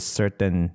certain